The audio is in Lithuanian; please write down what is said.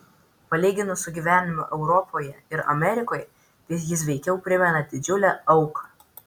palyginus su gyvenimu europoje ir amerikoje jis veikiau primena didžiulę auką